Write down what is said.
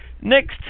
next